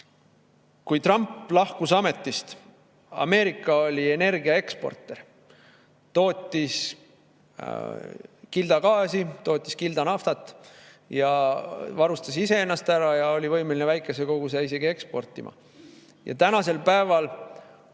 Kui Trump lahkus ametist, oli Ameerika energia eksportija, tootis kildagaasi, tootis kildanaftat ning varustas iseennast ära ja oli võimeline väikese koguse isegi eksportima. Ja tänasel päeval